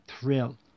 thrill